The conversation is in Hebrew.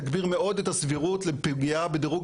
תגביר מאוד את הסבירות לפגיעה בדירוג